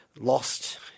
lost